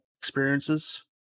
experiences